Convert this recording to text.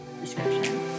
description